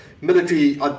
military